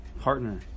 partner